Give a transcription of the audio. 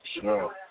Sure